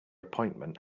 appointment